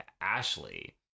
ashley